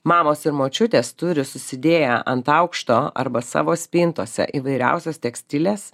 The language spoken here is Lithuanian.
mamos ir močiutės turi susidėję ant aukšto arba savo spintose įvairiausias tekstilės